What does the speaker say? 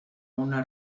una